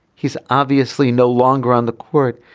he's obviously no longer on the court.